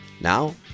Now